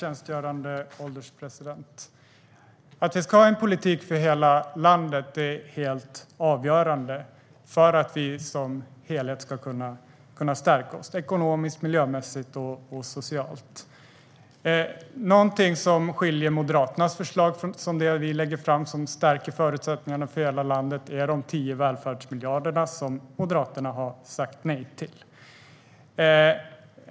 Fru ålderspresident! Att vi har en politik för hela landet är helt avgörande för att vi som helhet ska kunna stärka oss ekonomiskt, miljömässigt och socialt. Någonting som skiljer Moderaternas förslag från det som vi lägger fram, som stärker förutsättningarna för hela landet, är de 10 välfärdsmiljarder som Moderaterna har sagt nej till.